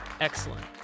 excellent